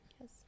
Yes